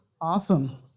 Awesome